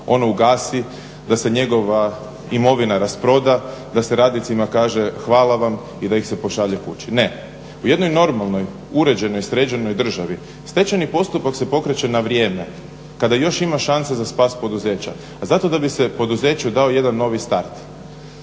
ono ugasi, da se njegova imovina rasproda, da se radnicima kaže hvala vam i da ih se pošalje kući. Ne, u jednoj normalnoj uređenoj, sređenoj državi stečajni postupak se pokreće na vrijeme kada još ima šanse za spas poduzeća, a zato da bi se poduzeću dao jedan novi start.